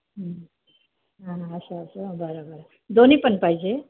हं हा असं असं बरं बरं दोन्ही पण पाहिजे